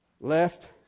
left